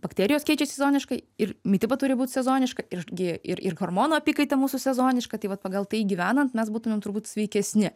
bakterijos keičiasi sezoniškai ir mityba turi būt sezoniška ir gi ir ir hormonų apykaita mūsų sezoniška tai vat pagal tai gyvenant mes būtumėm turbūt sveikesni